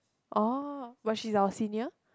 oh but she's our senior